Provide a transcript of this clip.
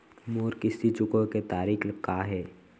मोर किस्ती चुकोय के तारीक का हे?